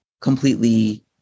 completely